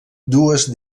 dues